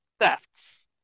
thefts